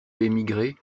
émigrer